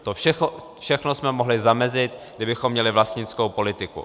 To všechno jsme mohli zamezit, kdybychom měli vlastnickou politiku.